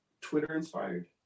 Twitter-inspired